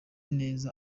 neza